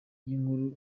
y’inkuru